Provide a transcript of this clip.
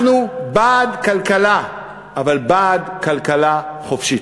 אנחנו בעד כלכלה, אבל בעד כלכלה חופשית.